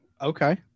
okay